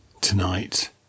tonight